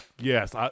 yes